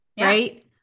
right